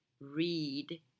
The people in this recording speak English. read